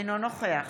אינו נוכח